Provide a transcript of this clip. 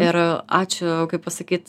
ir ačiū kaip pasakyt